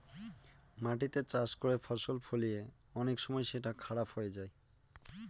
মাটিতে চাষ করে ফসল ফলিয়ে অনেক সময় সেটা খারাপ হয়ে যায়